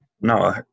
No